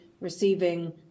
receiving